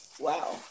Wow